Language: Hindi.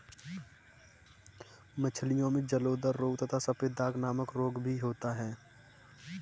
मछलियों में जलोदर रोग तथा सफेद दाग नामक रोग भी होता है